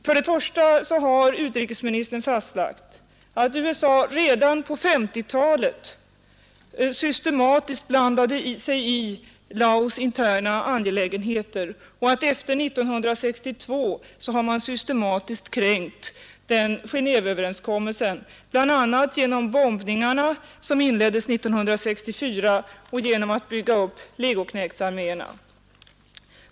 För det första har utrikesministern fastlagt att USA redan på 1950-talet systematiskt blandade sig i Laos interna angelägenheter och att man efter 1962 systematiskt kränkt den det året träffade Genéveöverenskommelsen, bl.a. genom bombningarna som inleddes 1964 och genom att bygga upp legoknektsarméerna.